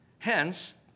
Hence